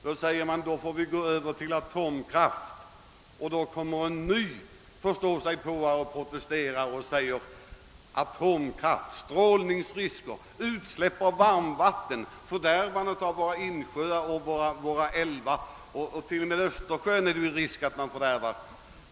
Då säger man: Då får vi gå över till atomkraft. Då kommer en ny förståsigpåare och protesterar mot atomkraft, strålningsrisker, utsläpp av varmvatten, fördärvande av våra insjöar och våra älvar. T. o. m. Östersjön är det ju risk att man fördärvar.